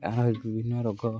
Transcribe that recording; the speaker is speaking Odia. ଏହା ବିଭିନ୍ନ ରୋଗ